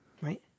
right